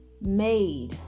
made